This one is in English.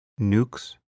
nukes